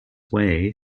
way